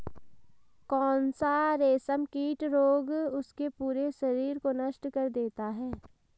कौन सा रेशमकीट रोग उसके पूरे शरीर को नष्ट कर देता है?